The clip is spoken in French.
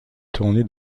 tourné